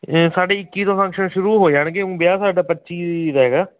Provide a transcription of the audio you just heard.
ਸਾਡੇ ਇੱਕੀ ਤੋਂ ਫੰਕਸ਼ਨ ਸ਼ੁਰੂ ਹੋ ਜਾਣਗੇ ਊਂ ਵਿਆਹ ਸਾਡਾ ਪੱਚੀ ਦਾ ਹੈਗਾ